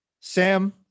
Sam